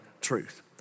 truth